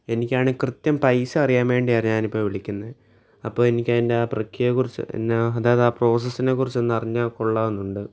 എനിക്കാണെൽ കൃത്യം പൈസ അറിയാൻ വേണ്ടിയാണ് ഞാൻ ഇപ്പം വിളിക്കുന്നത് തന്നെ അപ്പം എനിക്കതിൻ്റെ ആ ട്രിക്കിയെ കുറിച്ച് പിന്നെ ആ അതായത് ആ പ്രോസസിനെ കുറിച്ച് ഒന്നറിഞ്ഞാൽ കൊള്ളാമെന്നുണ്ട്